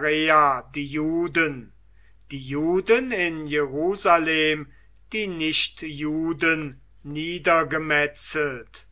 die juden die juden in jerusalem die nichtjuden niedergemetzelt